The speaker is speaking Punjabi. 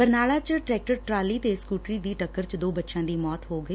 ਬਰਨਾਲਾ ਚ ਟਰੈਕਟ ਟਰਾਲੀ ਤੇ ਸਕੂਟਰੀ ਦੀ ਟੱਕਰ ਚ ਦੋ ਬੱਚਿਆਂ ਦੀ ਮੌਤ ਹੋ ਗਈ